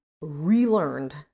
relearned